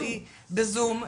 בזום.